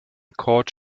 court